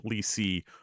see